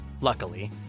luckily